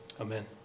Amen